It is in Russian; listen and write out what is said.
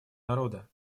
народа